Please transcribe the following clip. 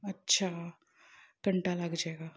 ਅੱਛਾ ਘੰਟਾ ਲੱਗ ਜਾਏਗਾ